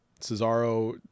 Cesaro